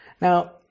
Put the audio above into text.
Now